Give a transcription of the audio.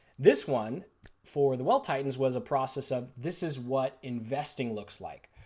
this one for the wealth titans was a process of this is what investing looks like.